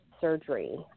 surgery